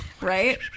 Right